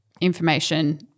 Information